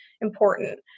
important